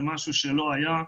זה משהו שלא היה,